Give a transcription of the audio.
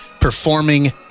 performing